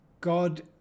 God